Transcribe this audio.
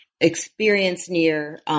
experience-near